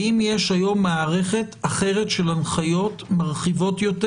האם יש היום מערכת אחרת של הנחיות מרחיבות יותר